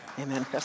Amen